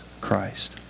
Christ